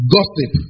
Gossip